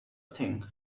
thing